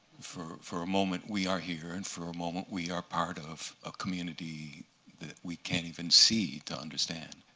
for for a moment, we are here. and for a moment, we are part of a community that we can't even see to understand.